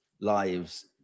lives